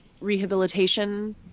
rehabilitation